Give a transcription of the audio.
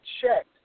checked